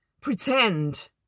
pretend